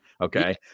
okay